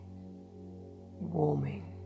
warming